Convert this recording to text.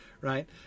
right